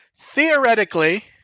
Theoretically